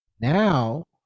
Now